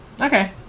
Okay